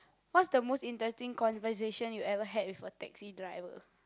what's the most interesting conversation you ever had with a taxi driver